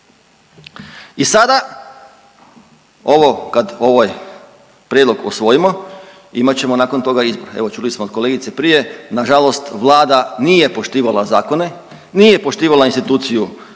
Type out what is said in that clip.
I sada ovo kad ovaj prijedlog usvojimo imat ćemo nakon toga izbore, evo čuli smo od kolegice prije nažalost vlada nije poštivala zakone, nije poštivala instituciju sabora,